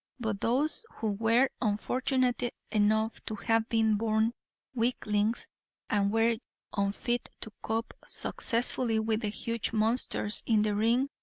but those who were unfortunate enough to have been born weaklings and were unfit to cope successfully with the huge monsters in the ring,